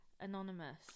Anonymous